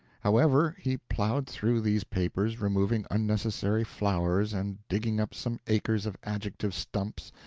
however, he plowed through these papers, removing unnecessary flowers and digging up some acres of adjective-stumps,